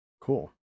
Cool